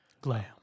Glam